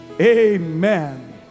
Amen